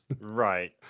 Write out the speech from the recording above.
Right